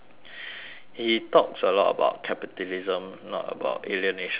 he talks a lot about capitalism not about alienation of labour